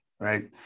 right